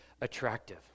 attractive